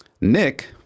Nick